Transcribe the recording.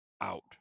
out